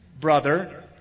brother